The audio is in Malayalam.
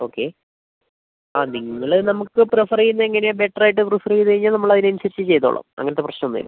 ഓക്കെ ആ നിങ്ങള് നമുക്ക് പ്രിഫർ ചെയ്യുന്നതെങ്ങനെയാണ് ബെറ്റർ ആയിട്ട് പ്രിഫർ ചെയ്തു കഴിഞ്ഞാൽ നമ്മളതിന് അനുസരിച്ചു ചെയ്തോളാം അങ്ങനത്തെ പ്രശ്നമൊന്നുമില്ല